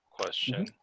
question